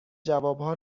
جوابها